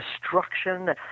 destruction